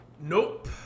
Nope